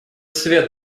свет